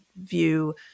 view